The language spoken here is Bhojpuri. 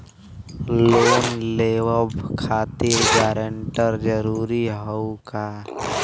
लोन लेवब खातिर गारंटर जरूरी हाउ का?